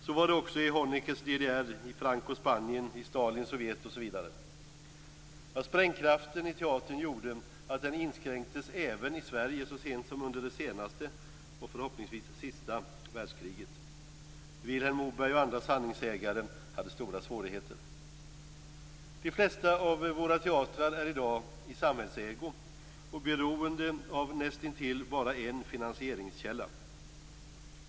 Så var det också i Honeckers DDR, i Francos Spanien, i Stalins Sprängkraften i teatern gjorde att man inskränkte den även i Sverige så sent som under det senaste, och förhoppningsvis sista, världskriget. Vilhelm Moberg och andra sanningssägare hade stora svårigheter. De flesta av våra teatrar är i dag i samhällsägo och beroende av näst intill bara en finansieringskälla.